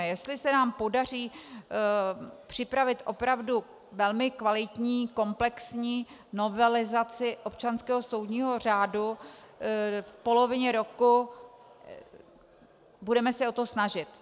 Jestli se nám podaří připravit opravdu velmi kvalitní komplexní novelizaci občanského soudního řádu v polovině roku, budeme se o to snažit.